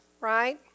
right